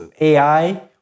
AI